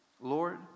Lord